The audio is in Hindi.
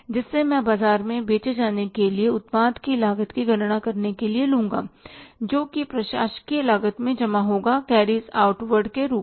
जिससे मैं बाजार में बेचे जाने के लिए उत्पाद की लागत की गणना करने के लिए लूँगा जोकि प्रशासकीय लागत में जमा होगा कैरिज आउटवार्ड के रूप में